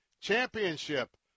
championship